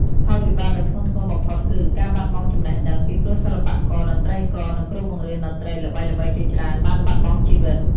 ផលវិបាកដ៏ធ្ងន់ធ្ងរបំផុតគឺ ការបាត់បង់ចំណេះដឹង ពីព្រោះសិល្បករ តន្ត្រីករ និងគ្រូបង្រៀនតន្ត្រីល្បីៗជាច្រើនបានបាត់បង់ជីវិត។